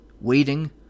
waiting